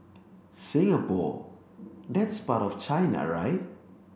Singapore that's part of China right